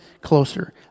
closer